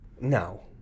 No